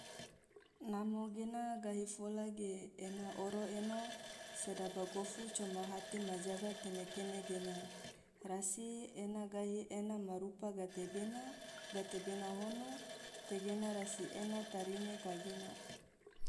namo gena gahi fola ge ena oro eno sedaba gofu coma hate majaga kene kene gena, rasi ena gahi ena ma rupa gatebena, gatebena hono tegena rasi ena tarine kagena.